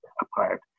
apart